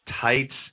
tights